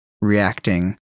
reacting